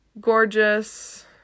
gorgeous